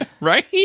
Right